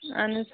اَہن حظ